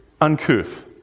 uncouth